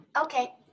okay